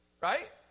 right